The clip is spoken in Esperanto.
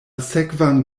sekvan